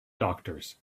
doctors